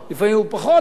לפעמים הוא פחות טוב.